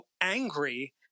angry